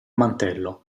mantello